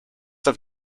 have